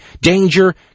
danger